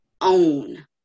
own